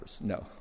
No